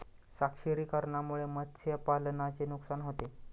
क्षारीकरणामुळे मत्स्यपालनाचे नुकसान होते